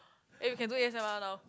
eh we can do A_S_M_R now